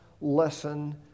lesson